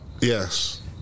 Yes